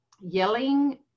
yelling